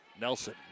Nelson